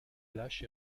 lâche